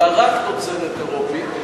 אלא רק תוצרת אירופית,